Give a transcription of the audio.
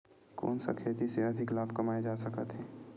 कोन सा खेती से अधिक लाभ कमाय जा सकत हे?